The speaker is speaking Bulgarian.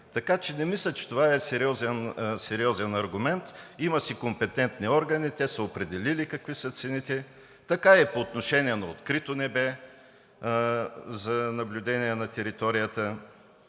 така че не мисля, че това е сериозен аргумент. Има си компетентни органи, те са определили какви са цените, така е и по отношение на „Открито небе“ за наблюдение на територията.